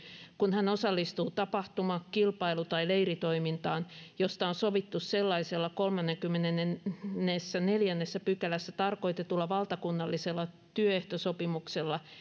kun hän osallistuu tapahtuma kilpailu tai leiritoimintaan josta on sovittu sellaisella kolmannessakymmenennessäneljännessä pykälässä tarkoitetulla valtakunnallisella työehtosopimuksella